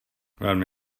velmi